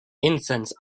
incense